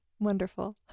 Wonderful